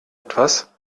etwas